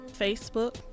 Facebook